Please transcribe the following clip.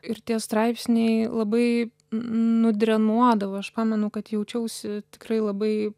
ir tie straipsniai labai nudrenuodavo aš pamenu kad jaučiausi tikrai labai